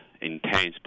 intense